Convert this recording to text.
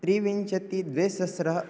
त्रिविंशतिद्विहस्रः